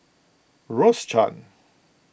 Rose Chan